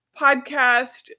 podcast